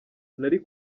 nari